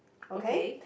okay